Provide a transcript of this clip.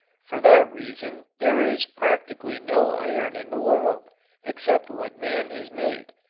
for that reason there is practically no iron in the world except what man has made.